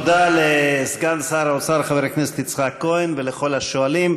תודה לסגן שר האוצר חבר הכנסת יצחק כהן ולכל השואלים.